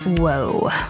Whoa